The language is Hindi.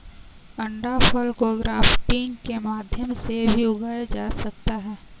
अंडाफल को ग्राफ्टिंग के माध्यम से भी उगाया जा सकता है